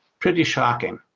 pretty shocking.